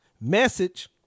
Message